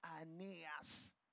Aeneas